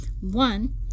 One